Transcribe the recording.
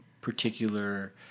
particular